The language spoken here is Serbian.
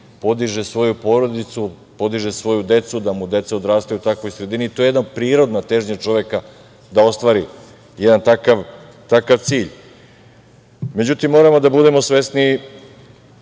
podiže svoju porodicu, podiže svoju decu, da mu deca odrastaju u takvoj sredini, to je jedna prirodna težnja čoveka da ostvari jedan takav cilj.Međutim, moramo da budemo svesni